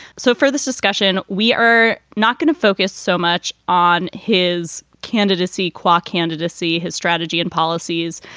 so for this discussion, we are not going to focus so much on his candidacy, quaff candidacy, his strategy and policies,